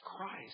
Christ